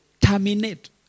terminate